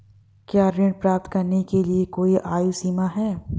क्या ऋण प्राप्त करने के लिए कोई आयु सीमा है?